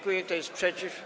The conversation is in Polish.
Kto jest przeciw?